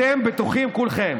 אתם בטוחים כולכם